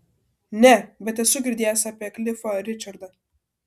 ne bet esu girdėjęs apie klifą ričardą